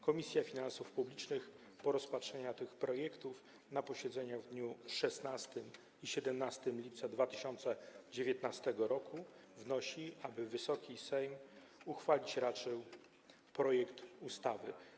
Komisja Finansów Publicznych po rozpatrzeniu tych projektów na posiedzeniach w dniach 16 i 17 lipca 2019 r. wnosi, aby Wysoki Sejm uchwalić raczył projekty ustaw.